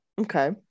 Okay